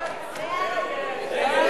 הצעת סיעת קדימה